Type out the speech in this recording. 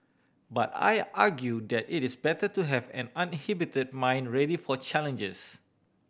but I argue that it is better to have an uninhibited mind ready for challenges